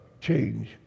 change